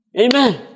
Amen